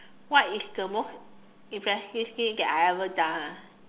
what is the most impressive thing that I ever done ah